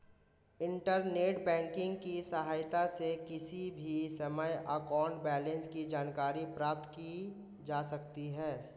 internet banking की सहायता से किसी भी समय अकाउंट बैलेंस की जानकारी प्राप्त की जा सकती है